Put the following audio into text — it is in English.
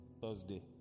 Thursday